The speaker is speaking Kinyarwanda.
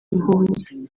impunzi